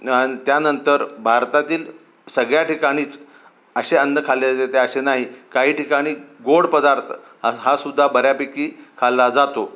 आणि त्यानंतर भारतातील सगळ्या ठिकाणीच असे अन्न खाल्ले जाते असे नाही काही ठिकाणी गोड पदार्थ हा हा सुद्धा बऱ्यापैकी खाल्ला जातो